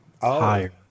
higher